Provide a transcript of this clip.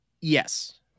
Yes